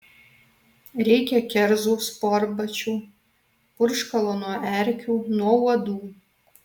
reikia kerzų sportbačių purškalo nuo erkių nuo uodų